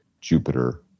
Jupiter